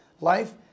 life